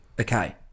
Okay